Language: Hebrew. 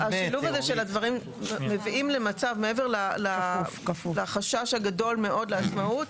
השילוב הזה של הדברים מעבר לחשש הגדול מאוד לעצמאות,